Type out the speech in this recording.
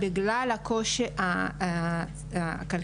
בגלל הקושי הכלכלי,